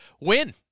Win